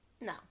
No